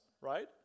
right